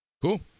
Cool